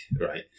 right